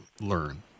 learn